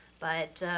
but